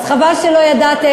חבל שלא ידעת,